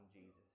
Jesus